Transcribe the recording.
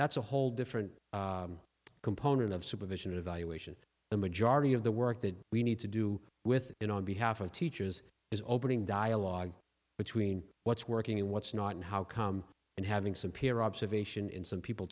that's a whole different component of supervision evaluation the majority of the work that we need to do with it on behalf of teachers is opening dialogue between what's working what's not and how come and having some peer observation in some people